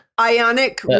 Ionic